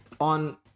on